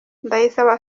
ndayisaba